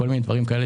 כל מיני דברים כאלה,